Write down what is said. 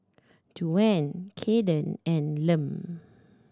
Duane Kayden and Lem